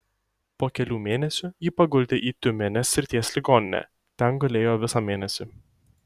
po kelių mėnesių jį paguldė į tiumenės srities ligoninę ten gulėjo visą mėnesį